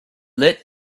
lit